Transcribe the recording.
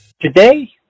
Today